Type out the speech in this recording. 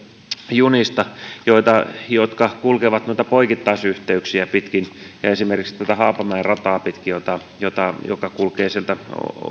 junista jotka kulkevat poikittaisyhteyksiä pitkin ja esimerkiksi haapamäen rataa pitkin joka kulkee sieltä